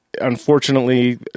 unfortunately